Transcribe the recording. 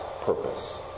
purpose